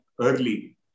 early